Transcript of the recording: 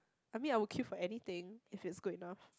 I mean I would kill for anything if it's good enough